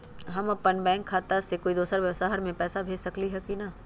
हम अपन बैंक खाता से कोई दोसर शहर में पैसा भेज सकली ह की न?